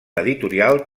editorial